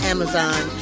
Amazon